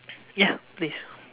ya please